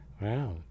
Wow